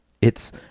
It's